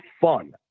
fun